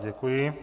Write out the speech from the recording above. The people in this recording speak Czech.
Děkuji.